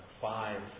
five